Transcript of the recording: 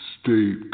state